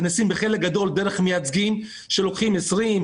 בחלק גדול מהמקרים זה נעשה דרך מייצגים שלוקחים 20,